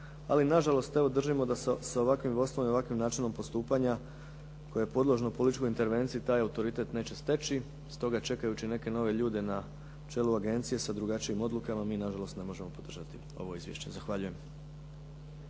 ali nažalost evo držimo da se s ovakvim vodstvom i ovakvim načinom postupanja, koje je podložno političkoj intervenciji, taj autoritet neće steći. Stoga, čekajući neke nove ljude na čelu Agencije sa drugačijim odlukama, mi nažalost ne možemo podržati ovo izvješće. Zahvaljujem.